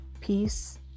peace